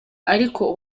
ariko